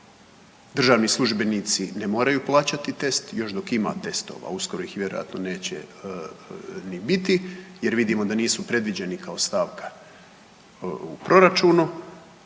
državni službenici ne moraju plaćati test još dok ima testova uskoro ih vjerojatno neće ni biti jer vidimo da nisu predviđeni kao stavka u proračunu,